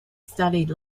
studied